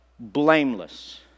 blameless